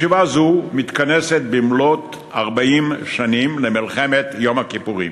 ישיבה זו מתכנסת במלאות 40 שנים למלחמת יום הכיפורים.